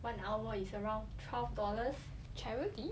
one hour is around twelve dollars charity